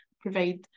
provide